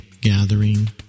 gathering